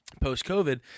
post-COVID